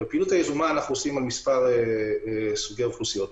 פעילות יזומה אנחנו עושים על מספר סוגי אוכלוסיות.